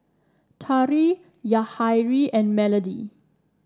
Tari Yahaira and Melody